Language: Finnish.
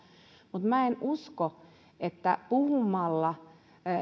mutta minä en usko että puhumalla